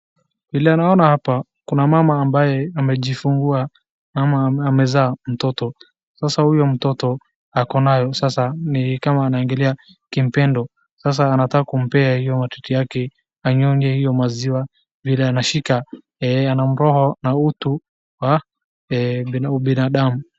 Vile naona hapa kuna mama ambaye amejifungua ama amezaa mtoto. Sasa huyo mtoto ako nayo sasa ni kama anaangalia kimpendo, sasa anataka kumpea hiyo matiti yake anyonye hiyo maziwa. Vile anashika ana roho na utu wa ubinadamu.